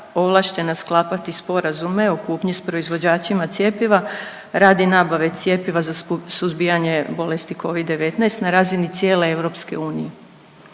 ovlaštena sklapati sporazume o kupnji s proizvođačima cjepiva radi nabave cjepiva za suzbijanje bolest covid-19 na razini cijele EU. Podsjetit